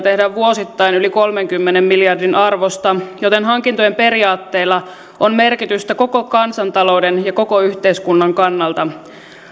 tehdään vuosittain yli kolmenkymmenen miljardin arvosta joten hankintojen periaatteilla on merkitystä koko kansantalouden ja koko yhteiskunnan kannalta